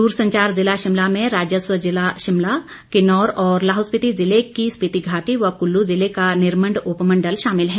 दूरसंचार जिला शिमला में राजस्व जिला शिमला किन्नौर और लाहौल स्पिति जिले की स्पिति घाटी व कुल्लू जिले का निरमंड उपमण्डल शामिल हैं